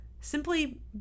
Simply